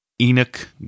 Enoch